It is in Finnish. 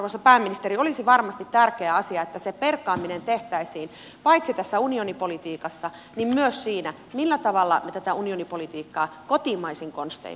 arvoisa pääministeri olisi varmasti tärkeä asia että se perkaaminen tehtäisiin paitsi tässä unionipolitiikassa niin myös siinä millä tavalla me tätä unionipolitiikkaa kotimaisin konstein toimeenpanemme